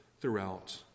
throughout